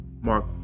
mark